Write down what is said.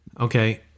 Okay